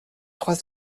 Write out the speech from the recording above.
trois